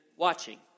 watching